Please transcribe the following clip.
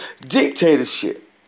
dictatorship